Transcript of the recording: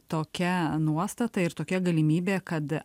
tokia nuostata ir tokia galimybė kad